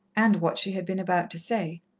and what she had been about to say.